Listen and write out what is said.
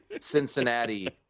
Cincinnati